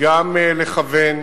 גם לכוון,